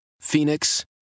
Phoenix